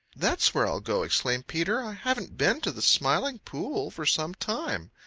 that's where i'll go! exclaimed peter. i haven't been to the smiling pool for some time.